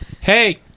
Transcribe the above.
Hey